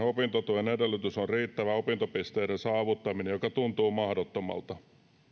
opintotuen edellytys on riittävä opintopisteiden saavuttaminen joka tuntuu mahdottomalta